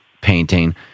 painting